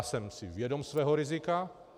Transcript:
Jsem si vědom svého rizika.